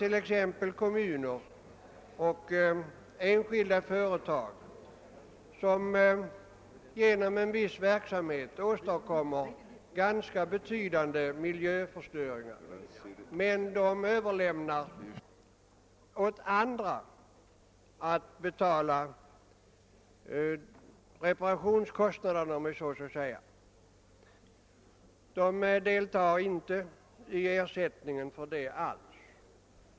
Det finns kommuner och enskilda företag som genom en viss verksamhet åstadkommer ganska betydande miljöförstöringar, men de överlämnar åt andra att betala reparationskostnaderna, om jag så får säga, och ut ger ingen som helst ersättning.